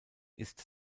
ist